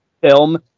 film